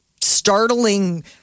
startling